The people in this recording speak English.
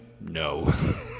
No